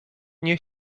nie